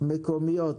מקומיות